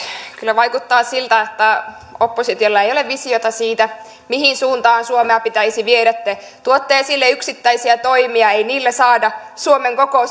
kyllä vaikuttaa siltä että oppositiolla ei ole visiota siitä mihin suuntaan suomea pitäisi viedä te tuotte esille yksittäisiä toimia ei niillä saada suomen koko